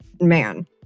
man